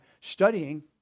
studying